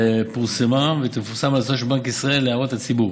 פורסמה ותפורסם המלצתו של בנק ישראל להערות הציבור.